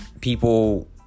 people